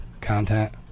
content